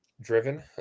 driven